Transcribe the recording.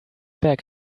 back